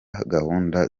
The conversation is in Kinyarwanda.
gahunda